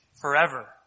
forever